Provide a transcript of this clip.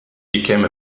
became